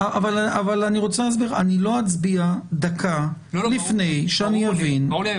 אני לא אצביע דקה לפני שאני אבין --- ברור לי,